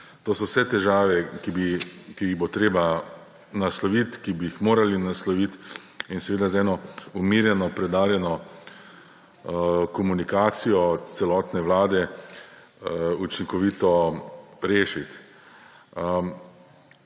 To so vse težave, ki jih bo treba naslovit, ki bi jih morali naslovit in seveda z eno umirjeno, preudarjeno komunikacijo celotne vlade učinkovito rešiti.